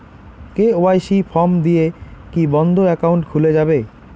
KYC form দিয়ে কি বন্ধ একাউন্ট খুলে যাবে?